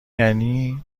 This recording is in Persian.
یعنی